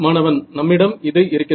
மாணவன் நம்மிடம் இது இருக்கிறது